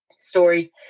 stories